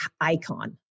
icon